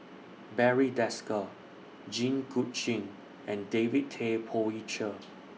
Barry Desker Jit Koon Ch'ng and David Tay Poey Cher